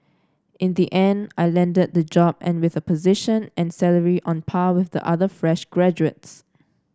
in the end I landed the job and with a position and salary on par with the other fresh graduates